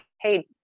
hey